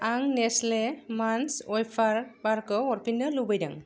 आं नेस्ले मान्च वेफार बारखौ हरफिन्नो लुबैदों